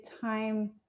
time